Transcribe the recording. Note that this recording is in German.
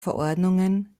verordnungen